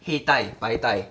黑带白带